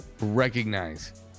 recognize